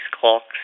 clocks